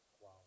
wow